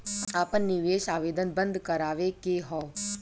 आपन निवेश आवेदन बन्द करावे के हौ?